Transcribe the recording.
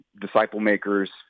disciple-makers